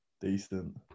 Decent